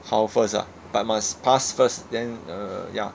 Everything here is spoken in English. how first ah but must pass first then err ya